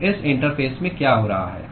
तो इस इंटरफेस में क्या हो रहा है